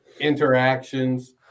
interactions